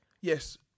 yes